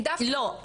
לא.